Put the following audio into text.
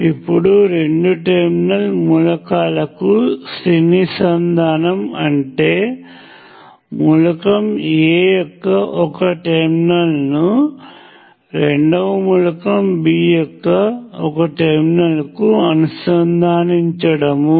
ఇప్పుడు రెండు టెర్మినల్ మూలకాలకు శ్రేణి సంధానం అంటే మూలకం A యొక్క ఒక టెర్మినల్ ను రెండవ మూలకం B యొక్క ఒక టెర్మినల్కు అనుసంధానించడము